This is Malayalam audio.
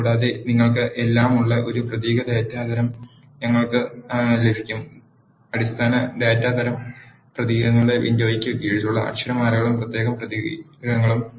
കൂടാതെ നിങ്ങൾക്ക് എല്ലാം ഉള്ള ഒരു പ്രതീക ഡാറ്റ തരം ഞങ്ങൾക്ക് ലഭിക്കും അടിസ്ഥാന ഡാറ്റാ തരം പ്രതീകങ്ങളുടെ വിൻഡോയ്ക്ക് കീഴിലുള്ള അക്ഷരമാലകളും പ്രത്യേക പ്രതീകങ്ങളും